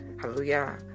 hallelujah